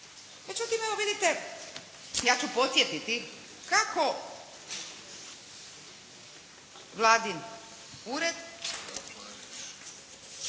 ja ću podsjetiti kako Vladin ured